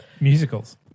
Musicals